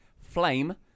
Flame